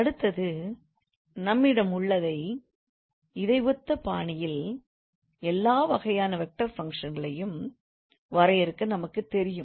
அடுத்தது நம்மிடம் உள்ளதை இதை ஒத்த பாணியில் எல்லா வகையான வெக்டார் ஃபங்க்ஷன்களையும் வரையறுக்க நமக்குத் தெரியும்